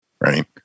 right